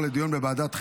לוועדת החינוך,